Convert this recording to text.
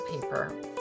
paper